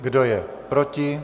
Kdo je proti?